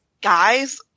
guys